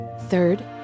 Third